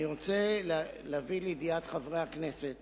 אני רוצה להביא לידיעת חברי הכנסת